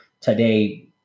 today